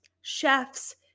chef's